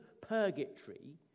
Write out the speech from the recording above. purgatory